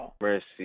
Mercy